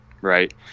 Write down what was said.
right